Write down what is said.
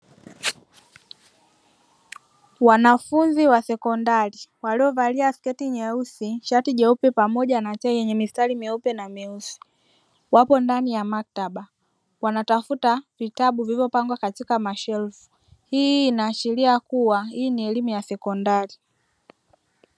Wanafunzi wa sekondari waliovalia sketi nyeusi, shati jeupe pamoja na tai yenye mistari myeupe na myeusi; wapo ndani ya makataba. Wanatafuta vitabu vilivyopangwa katika mashelfu; hii inaashiria kuwa hii ni elimu ya sekondari.